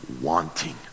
wanting